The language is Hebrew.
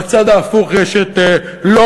בצד ההפוך יש את לוקר,